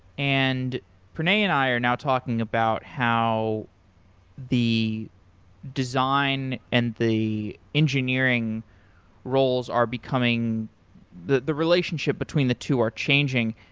and pranay and i are now talking about how the design and the engineering roles are becoming the the relationship between the two are changing.